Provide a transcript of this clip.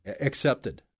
accepted